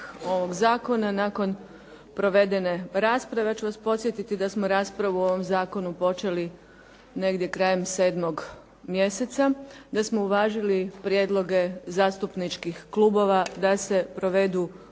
ovog zakona nakon provedene rasprave. Ja ću vas podsjetiti da smo raspravu o ovom zakonu počeli negdje krajem 7. mjeseca, da smo uvažili prijedloge zastupničkih klubova da se provedu